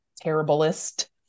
terriblest